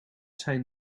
zijn